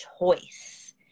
choice